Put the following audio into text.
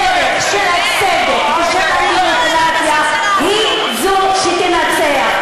הדרך של הצדק ושל הדמוקרטיה היא זו שתנצח.